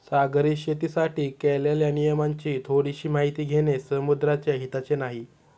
सागरी शेतीसाठी केलेल्या नियमांची थोडीशी माहिती घेणे समुद्राच्या हिताचे नाही